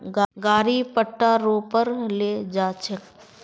गाड़ी पट्टा रो पर ले जा छेक